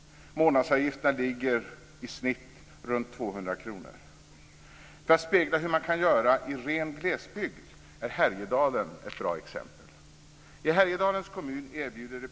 Månadsavgifterna ligger runt 200 kr i genomsnitt. För att spegla hur man kan göra i ren glesbygd är Härjedalen ett bra exempel.